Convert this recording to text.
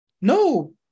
no